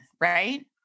right